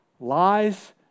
Lies